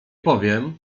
powiem